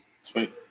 Sweet